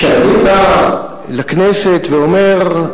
כשאני בא לכנסת ואומר,